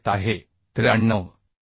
जे येत आहे 93